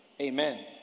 Amen